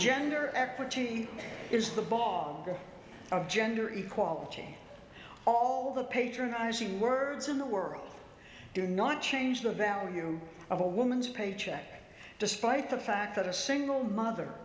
gender equity is the ball of gender equality all the patronizing words in the world do not change the value of a woman's paycheck despite the fact that a single mother